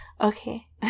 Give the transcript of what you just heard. okay